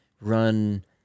run